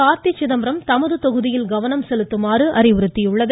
கார்த்தி சிதம்பரம் தமது தொகுதியில் கவனம் செலுத்துமாறு அறிவுறுத்தியுள்ளது